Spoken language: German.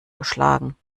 geschlagen